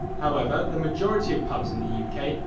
however, the majority of pubs in the u k.